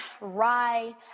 rye